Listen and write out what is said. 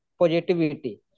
Positivity